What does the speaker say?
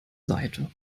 seite